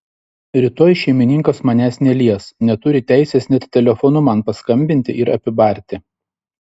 rytoj šeimininkas manęs nelies neturi teisės net telefonu man paskambinti ir apibarti